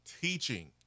teaching